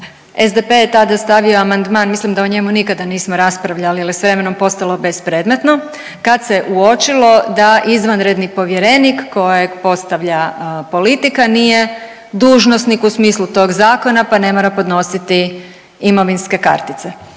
SDP je tada stavio amandman, mislim da o njemu nikada nismo raspravljali jel je s vremenom postalo bespredmetno, kad se uočilo da izvanredni povjerenik kojeg postavlja politika nije dužnosnik u smislu tog zakona, pa ne mora podnositi imovinske kartice.